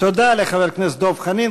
תודה לחבר הכנסת דב חנין.